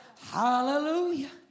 Hallelujah